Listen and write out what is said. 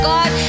God